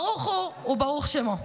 ברוך הוא וברוך שמו.